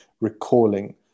recalling